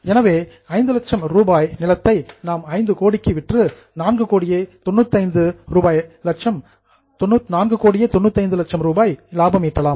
எனவே 5 லட்சம் ரூபாய் நிலத்தை நாம் 5 கோடிக்கு விற்று 4 கோடியே 95 லட்சம் ரூபாய் லாபம் ஈட்டலாம்